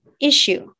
issue